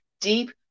deep